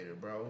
bro